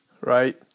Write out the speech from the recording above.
right